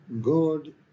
God